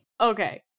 Okay